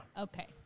Okay